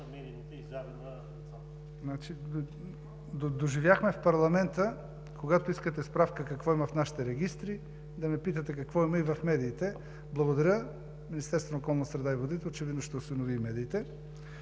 Доживяхме в парламента, когато искате справка какво има в нашите регистри да ме питате какво има и в медиите. Благодаря. Министерството на околната среда и водите очевидно ще осинови и медиите.